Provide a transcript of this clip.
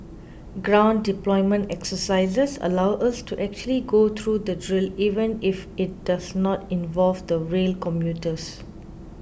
ground deployment exercises allow us to actually go through the drill even if it does not involve the rail commuters